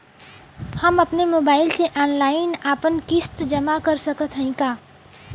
हम अपने मोबाइल से ऑनलाइन आपन किस्त जमा कर सकत हई का?